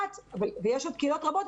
יש עוד קהילות רבות,